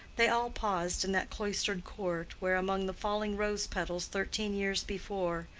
they all paused in that cloistered court where, among the falling rose-petals thirteen years before,